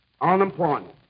unemployment